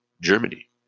Germany